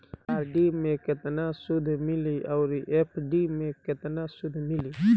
RD मे केतना सूद मिली आउर एफ.डी मे केतना सूद मिली?